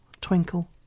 twinkle